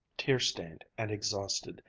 tear-stained and exhausted,